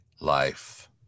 life